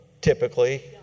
typically